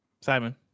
Simon